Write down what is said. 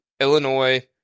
Illinois